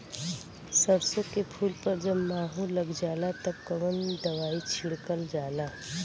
सरसो के फूल पर जब माहो लग जाला तब कवन दवाई छिड़कल जाला?